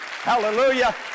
Hallelujah